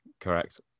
Correct